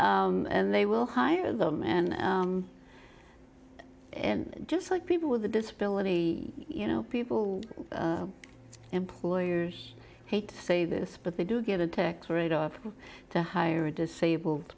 job and they will hire them and and just like people with a disability you know people employers hate to say this but they do get a tax rate up to hire a disabled